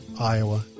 Iowa